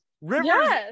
rivers